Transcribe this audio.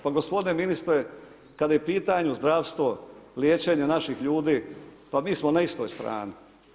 Pa gospodine ministre, kada je u pitanju zdravstvo, liječenje naših ljudi, pa mi smo na istoj strani.